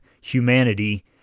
humanity